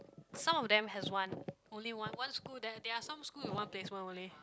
some of them has one only one one school then there are some school with one placement only